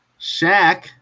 Shaq